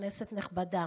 כנסת נכבדה,